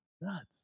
nuts